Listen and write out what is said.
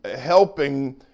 helping